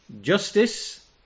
justice